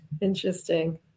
Interesting